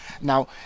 Now